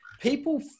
people